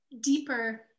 deeper